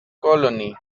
colonies